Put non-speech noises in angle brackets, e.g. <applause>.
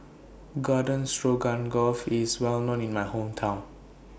Garden <unintelligible> IS Well known in My Hometown